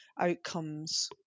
outcomes